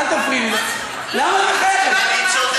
אל תפריעי לי, למה את מחייכת?